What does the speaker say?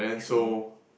true